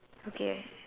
okay